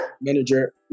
manager